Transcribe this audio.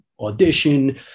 audition